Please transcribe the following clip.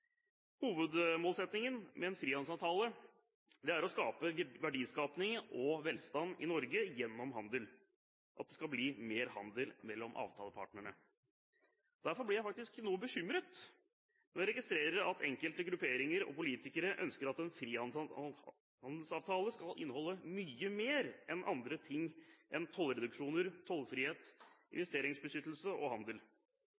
med en frihandelsavtale er å skape verdiskapning og velstand i Norge gjennom handel, at det skal bli mer handel mellom avtalepartnerne. Derfor blir jeg faktisk noe bekymret når jeg registrerer at enkelte grupperinger og politikere ønsker at en frihandelsavtale skal inneholde mye mer av andre ting enn tollreduksjoner, tollfrihet,